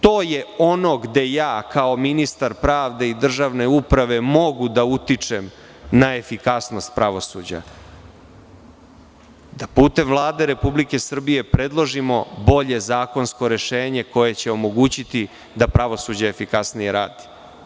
To je ono gde ja kao ministar pravde i državne uprave mogu da utičem na efikasnost pravosuđa, da putem Vlade Republike Srbije predložimo bolje zakonsko rešenje koje će omogućiti da pravosuđe i kasnije radi.